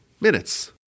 minutes